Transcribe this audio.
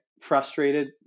frustrated